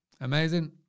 Amazing